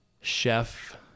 chef